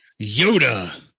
Yoda